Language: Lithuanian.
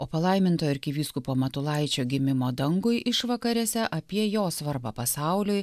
o palaimintojo arkivyskupo matulaičio gimimo dangui išvakarėse apie jo svarbą pasauliui